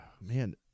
man